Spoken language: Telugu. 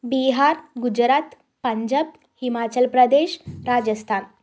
బీహార్ గుజరాత్ పంజాబ్ హిమాచల్ప్రదేశ్ రాజస్థాన్